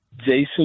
Jason